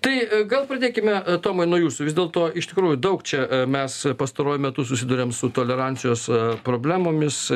tai gal pradėkime tomai nuo jūsų vis dėlto iš tikrųjų daug čia mes pastaruoju metu susiduriam su tolerancijos problemomis